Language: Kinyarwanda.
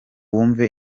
wumve